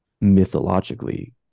mythologically